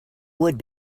would